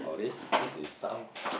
oh this this is some